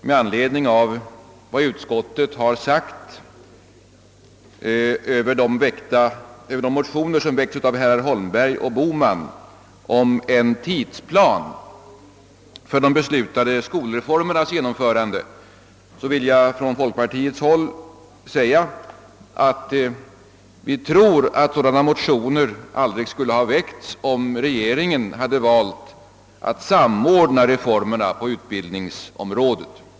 Med anledning av statsutskottets utlåtande över herrar Holmbergs och Bohmans motioner om en tidsplan för de beslutade skolreformernas genomförande vill jag för folkpartiets del framhålla, att vi tror att dessa motioner aldrig skulle ha väckts om regeringen valt att samordna reformerna på utbildningens område.